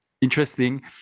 interesting